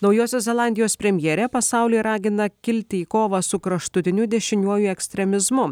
naujosios zelandijos premjerė pasaulį ragina kilti į kovą su kraštutiniu dešiniuoju ekstremizmu